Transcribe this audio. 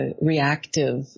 reactive